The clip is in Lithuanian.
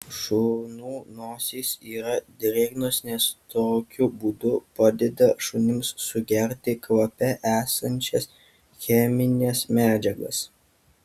šunų nosys yra drėgnos nes tokiu būdu padeda šunims sugerti kvape esančias chemines medžiagas